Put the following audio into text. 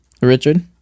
richard